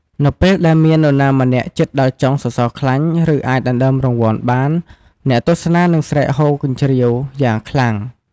នៅពេលដែលមាននរណាម្នាក់ជិតដល់ចុងសសរខ្លាញ់ ឬអាចដណ្ដើមរង្វាន់បាន អ្នកទស្សនានឹងស្រែកហ៊ោរកញ្ជ្រៀវយ៉ាងខ្លាំង។